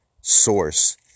source